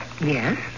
Yes